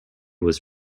was